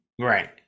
Right